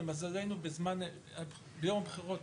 למזלנו ביום הבחירות